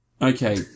Okay